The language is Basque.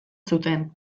zuten